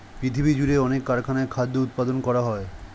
পৃথিবীজুড়ে অনেক কারখানায় খাদ্য উৎপাদন করা হয়